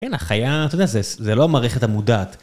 אין, החיה, אתה יודע, זה לא המערכת המודעת.